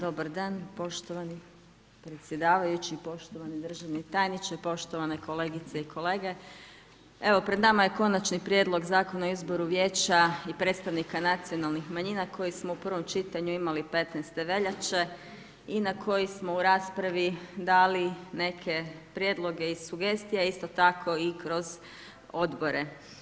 Dobar dan poštovani predsjedavajući, poštovani državni tajniče, poštovane kolegice i kolege, evo pred nama je Konačni prijedlog Zakona o izboru vijeća i predstavnika nacionalnih manjina koji smo u prvom čitanju imali 15. veljače i na koji smo u raspravi dali neke prijedloge i sugestije, a isto tako i kroz Odbore.